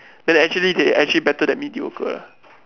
then actually they actually better than mediocre